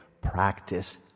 Practice